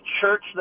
church